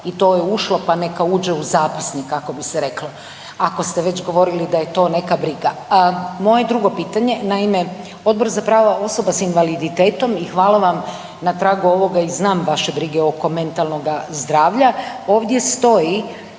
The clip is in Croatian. i to je ušlo, pa neka uđe u zapisnik kako bi se reklo ako ste već govorili da je to neka briga. Moje drugo pitanje, naime Odbor za prava osoba s invaliditetom i hvala vam na tragu ovoga i znam vaše brige oko mentalnoga zdravlja, ovdje stoji